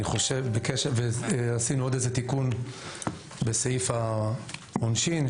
עשינו עוד איזה תיקון בסעיף העונשין,